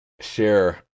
share